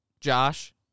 Josh